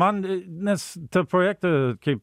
man nes tą projektą kaip